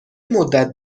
مدت